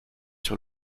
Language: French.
sur